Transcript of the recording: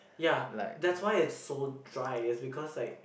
ya that's why it so dry is because like